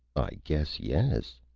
i guess yes!